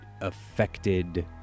affected